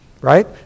Right